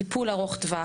טיפול ארוך טווח.